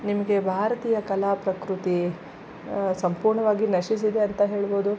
ನಿಮಗೆ ಭಾರತೀಯ ಕಲಾಪ್ರಕೃತಿ ಸಂಪೂರ್ಣವಾಗಿ ನಶಿಸಿದೆ ಅಂತ ಹೇಳಬಹುದು